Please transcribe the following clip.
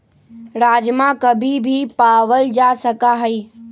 राजमा कभी भी पावल जा सका हई